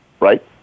right